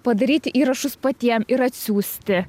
padaryti įrašus patiem ir atsiųsti